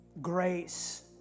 grace